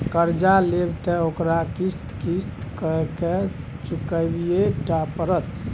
कर्जा लेब त ओकरा किस्त किस्त कए केँ चुकबहिये टा पड़त